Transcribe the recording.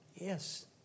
Yes